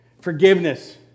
forgiveness